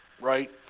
right